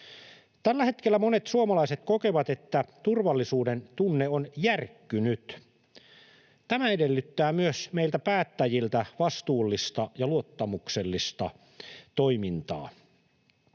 Tällä hetkellä monet suomalaiset kokevat, että turvallisuudentunne on järkkynyt. Tämä edellyttää myös meiltä päättäjiltä vastuullista ja luottamuksellista toimintaa.